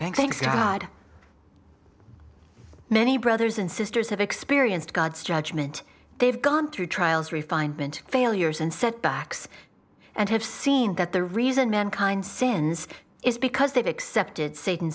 right thanks god many brothers and sisters have experienced god's judgment they've gone through trials refinement failures and setbacks and have seen that the reason mankind sins is because they've accepted satan